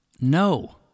no